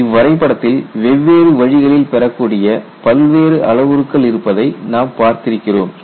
இவ்வரைபடத்தில் வெவ்வேறு வழிகளில் பெறக்கூடிய பல்வேறு அளவுருக்கள் இருப்பதை நாம் பார்த்திருக்கிறோம்